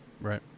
Right